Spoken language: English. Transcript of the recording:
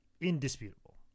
indisputable